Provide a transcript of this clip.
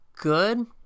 good